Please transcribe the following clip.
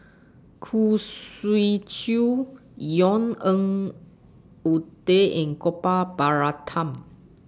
Khoo Swee Chiow Yvonne Ng Uhde and Gopal Baratham